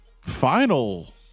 final